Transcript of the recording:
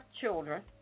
children